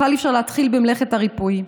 בכלל אי-אפשר להתחיל במלאכת הריפוי.